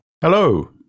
Hello